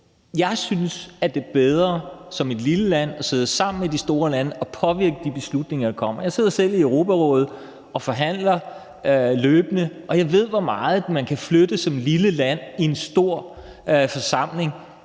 Jeg synes, at det er bedre som et lille land at sidde sammen med de store lande og påvirke de beslutninger, der kommer. Jeg sidder selv i Europarådet og forhandler løbende, og jeg ved, hvor meget man kan flytte som lille land i en stor forsamling.